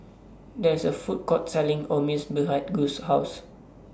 There IS A Food Court Selling Omurice behind Guss' House